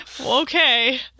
Okay